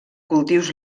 cultius